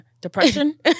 Depression